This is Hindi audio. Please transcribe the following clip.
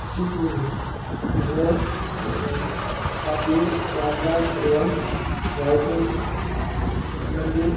सीख मिली जिसमें काफ़ी याददाश्त एवं राइटिंग संबंधी